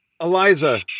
Eliza